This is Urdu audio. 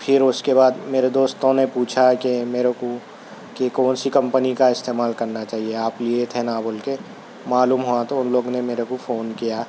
پھر اُس کے بعد میرے دوستوں نے پوچھا کہ میرے کو کہ کون سی کمپنی کا استمعال کرنا چاہیے آپ لئے تھے نا بول کے معلوم ہُوا تو اُن لوگوں نے میرے کو فون کیا